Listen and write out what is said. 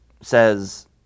says